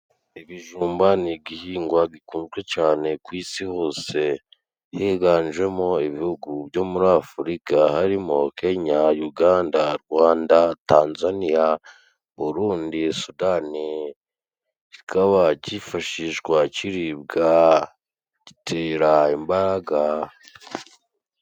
Ibijumba ni igihingwa gikunzwe cane ku isi hose. Higanjemo ibihugu byo muri Afurika harimo Kenya, Yuganda, Rwanda, Tanzaniya, Burundi, Sudani. CiKabaka cyifashishwa kiribwa, gitera imbaraga.